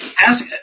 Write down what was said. Ask